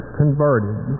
converted